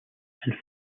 and